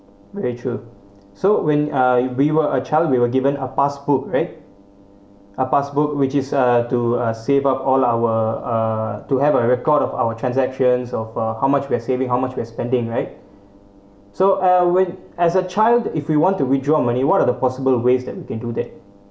very true so when uh we were a child we were given a passbook right a passbook which is uh to uh save up all our uh to have a record of our transactions of uh how much we're saving how much we're spending right so uh when as a child if we want to withdraw money what are the possible ways that you can do that